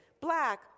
black